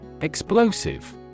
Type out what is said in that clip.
Explosive